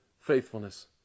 faithfulness